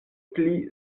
pli